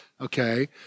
Okay